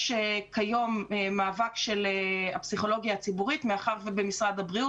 יש כיום מאבק של הפסיכולוגיה הציבורית מאחר ובמשרד הבריאות